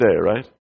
right